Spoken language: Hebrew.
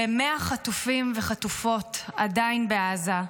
ו-100 חטופות וחטופים עדיין בעזה,